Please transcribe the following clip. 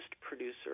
producer